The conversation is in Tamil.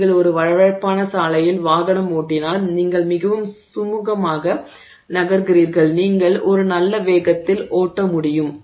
நீங்கள் ஒரு வழவழப்பான சாலையில் வாகனம் ஓட்டினால் நீங்கள் மிகவும் சுமூகமாக நகர்கிறீர்கள் நீங்கள் ஒரு நல்ல வேகத்தில் ஓட்ட முடியும்